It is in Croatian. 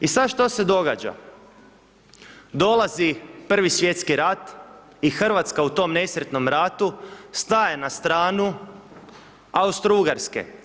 I sad što se događa, dolazi I. svjetski rat i Hrvatska u tom nesretnom ratu staje na stranu Austro-ugarske.